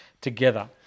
together